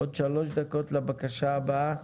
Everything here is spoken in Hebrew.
עוד שלוש דקות לבקשה הבאה.